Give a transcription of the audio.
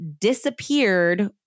disappeared